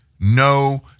no